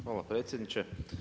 Hvala predsjedniče.